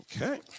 Okay